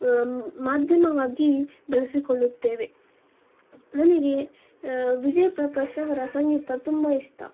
ಮಾಧ್ಯಮವಾಗಿ ಬಳಸಿಕೊಳ್ಳುತ್ತೇವೆ ನನಗೆ ವಿಜಯಪ್ರಕಾಶ್ ಅವರ ಸಂಗೀತ ತುಂಬ ಇಷ್ಟ